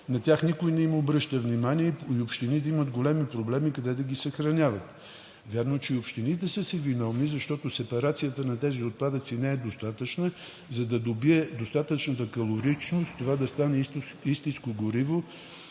На тях никой не им обръща внимание и общините имат големи проблеми къде да ги съхраняват. Вярно, че и общините са си виновни, защото сепарацията на тези отпадъци не е достатъчна, за да добие достатъчната калоричност това да стане истинско гориво